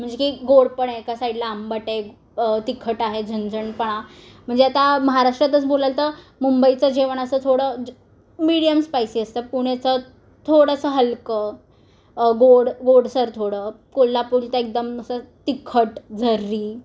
म्हणजे की गोडपणे एका साईडला आंबट आहे तिखट आहे झणझणपणा म्हणजे आता महाराष्ट्रातच बोलाल तं मुंबईचं जेवण असं थोडं ज मीडियम स्पाईसी असतं पुणेचं थोडंसं हलकं गोड गोडसर थोडं कोल्हापूर तर एकदम असं तिखट झर्री